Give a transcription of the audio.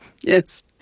yes